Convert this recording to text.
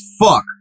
fuck